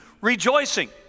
rejoicing